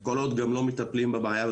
כל עוד גם לא מטפלים בבעיה הזאת,